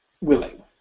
willing